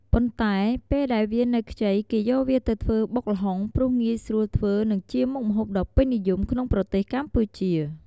ប៉ុន្តែពេលដែលវានៅខ្ចីគេយកវាទៅធ្វើបុកល្ហុងព្រោះងាយស្រួលធ្វើនិងជាមុខម្ហូបដ៏ពេញនិយមក្នុងប្រទេសកម្ពុជា។